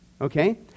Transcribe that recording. Okay